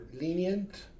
lenient